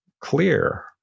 clear